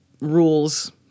rules